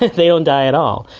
they don't die at all.